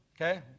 Okay